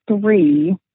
three